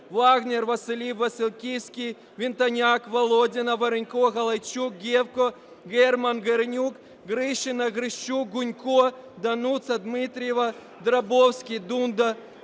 Вагнєр, Васильковський, Вінтоняк, Володіна, Воронько, Галайчук, Гевко, Герман, Горенюк, Гришина, Грищук, Гунько, Дануца, Дмитрієва, Драбовський, Дунда,